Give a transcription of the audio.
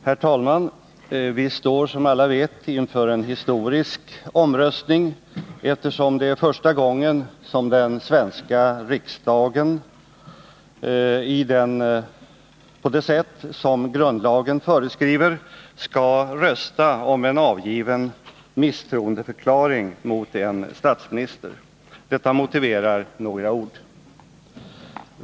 Herr talman! Vi står, som alla vet, inför en historisk omröstning, eftersom det är första gången som den svenska riksdagen i den av grundlagen angivna ordningen röstar om en avgiven misstroendeförklaring mot en statsminister. Detta motiverar några ord.